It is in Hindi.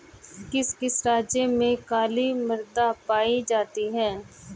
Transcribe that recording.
किस किस राज्य में काली मृदा पाई जाती है?